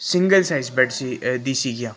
single size bed ਸੀ ਦੀ ਸੀਗੀਆਂ